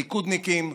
ליכודניקים,